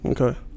okay